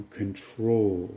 control